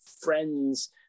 friends